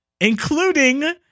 including